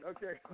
Okay